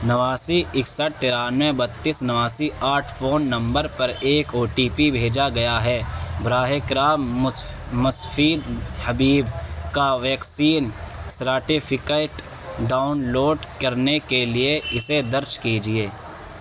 نواسی ایکسٹھ ترانوے بتیس نواسی آٹھ فون نمبر پر ایک او ٹی پی بھیجا گیا ہے براہ کرم مستفید حبیب کا ویکسین سراٹیفیکیٹ ڈاؤن لوڈ کرنے کے لیے اسے درج کیجیے